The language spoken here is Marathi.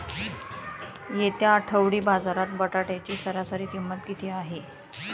येत्या आठवडी बाजारात बटाट्याची सरासरी किंमत किती आहे?